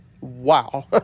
wow